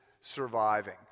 surviving